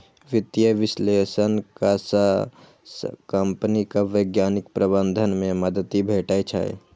वित्तीय विश्लेषक सं कंपनीक वैज्ञानिक प्रबंधन मे मदति भेटै छै